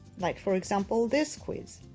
like, for example, this quiz.